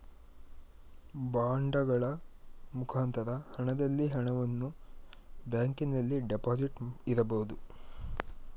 ಬಾಂಡಗಳ ಮುಖಾಂತರ ಹಣದಲ್ಲಿ ಹಣವನ್ನು ಬ್ಯಾಂಕಿನಲ್ಲಿ ಡೆಪಾಸಿಟ್ ಇರಬಹುದು